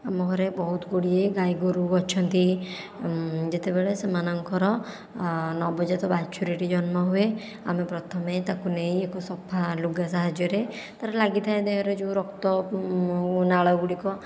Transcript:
ଆମ ଘରେ ବହୁତ ଗୁଡ଼ିଏ ଗାଈ ଗୋରୁ ଅଛନ୍ତି ଯେତେବେଳେ ସେମାନଙ୍କର ନବଜାତ ବାଛୁରୀଟିଏ ଜନ୍ମ ହୁଏ ଆମେ ପ୍ରଥମେ ତାକୁ ନେଇ ଏକ ସଫା ଲୁଗା ସାହାଯ୍ୟରେ ତା'ର ଲାଗି ଥାଏ ଦେହରେ ଯେଉଁ ରକ୍ତ ଆଉ ନାଳ ଗୁଡ଼ିକ